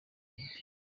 inyuma